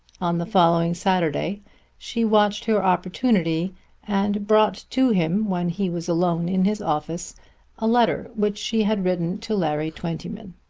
on the following saturday she watched her opportunity and brought to him when he was alone in his office a letter which she had written to larry twentyman.